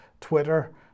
twitter